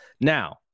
Now